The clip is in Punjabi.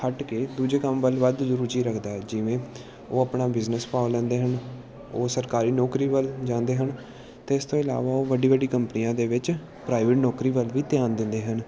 ਹੱਟ ਕੇ ਦੂਜੇ ਕੰਮ ਵੱਲ ਵੱਧ ਰੁਚੀ ਰੱਖਦਾ ਹੈ ਜਿਵੇਂ ਉਹ ਆਪਣਾ ਬਿਜਨਸ ਪਾ ਲੈਂਦੇ ਹਨ ਉਹ ਸਰਕਾਰੀ ਨੌਕਰੀ ਵੱਲ ਜਾਂਦੇ ਹਨ ਅਤੇ ਇਸ ਤੋਂ ਇਲਾਵਾ ਉਹ ਵੱਡੀ ਵੱਡੀ ਕੰਪਨੀਆਂ ਦੇ ਵਿੱਚ ਪ੍ਰਾਈਵੇਟ ਨੌਕਰੀ ਵੱਲ ਵੀ ਧਿਆਨ ਦਿੰਦੇ ਹਨ